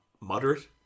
moderate